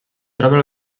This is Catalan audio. troba